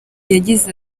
yagize